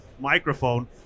microphone